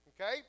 okay